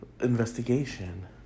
investigation